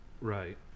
Right